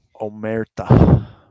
Omerta